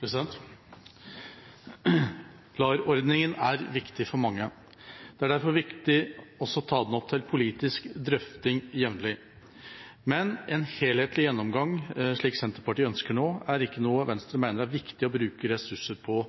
levera. LAR-ordningen er viktig for mange. Det er derfor viktig å ta den opp til politisk drøfting jevnlig. Men en helhetlig gjennomgang, slik Senterpartiet ønsker nå, er ikke noe Venstre mener det er viktig å bruke ressurser på